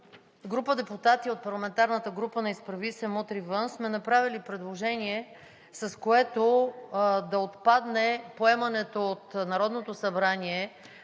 група депутати от парламентарната група на „Изправи се! Мутри вън!“ сме направили предложение, с което да отпадне поемането от Народното събрание